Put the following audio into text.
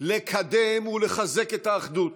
לקדם ולחזק את האחדות,